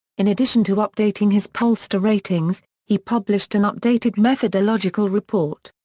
in addition to updating his pollster ratings, he published an updated methodological report.